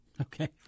Okay